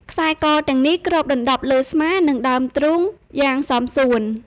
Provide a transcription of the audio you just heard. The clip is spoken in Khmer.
ខ្សែកទាំងនេះគ្របដណ្តប់លើស្មា និងដើមទ្រូងយ៉ាងសមសួន។